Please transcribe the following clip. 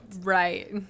Right